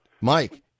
mike